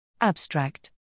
Abstract